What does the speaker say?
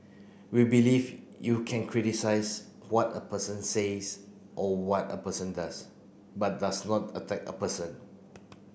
we believe you can criticise what a person says or what a person does but does not attack a person